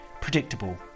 Predictable